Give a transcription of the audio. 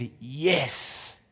yes